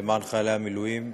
למען חיילי המילואים,